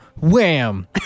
Wham